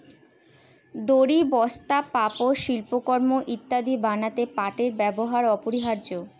দড়ি, বস্তা, পাপোষ, শিল্পকর্ম ইত্যাদি বানাতে পাটের ব্যবহার অপরিহার্য